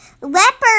Leopard